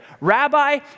Rabbi